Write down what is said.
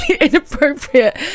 inappropriate